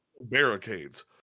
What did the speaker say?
barricades